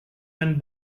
and